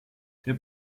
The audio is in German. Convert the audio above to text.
der